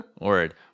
Word